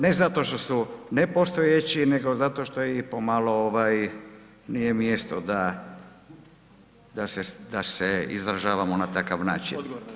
Ne zato što su nepostojeći nego zato što je i pomalo nije mjesto da se izražavamo na takav način.